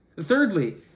Thirdly